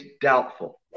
doubtful